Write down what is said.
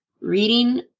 Reading